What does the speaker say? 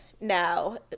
Now